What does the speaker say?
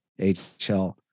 HL